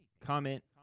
comment